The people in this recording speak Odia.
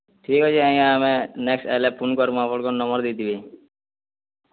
ଠିକ୍ ଅଛେ ଆଜ୍ଞା ଆମେ ନେକ୍ଷ୍ଟ୍ ଆଏଲେ ଫୋନ୍ କର୍ମୁଁ ଆପଣ୍ଙ୍କୁ ନମ୍ୱର୍ ଦେଇଥିବେ